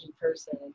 person